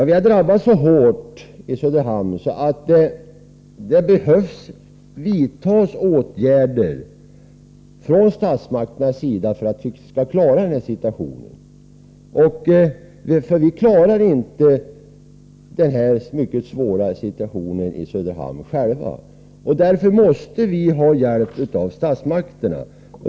Vi har drabbats så hårt i Söderhamn att det behöver vidtas åtgärder från statsmakternas sida. Vi klarar inte den mycket svåra situationen själva i Söderhamn, utan vi måste ha hjälp från statsmakterna.